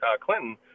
Clinton